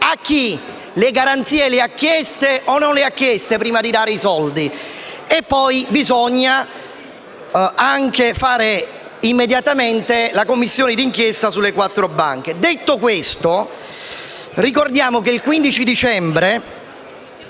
A chi? Le garanzie le ha chieste o no, prima di dare i soldi? Poi bisogna istituire immediatamente la Commissione d'inchiesta sulle quattro banche. Detto questo, ricordiamo che il 15 dicembre